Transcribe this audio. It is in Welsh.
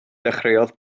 dechreuodd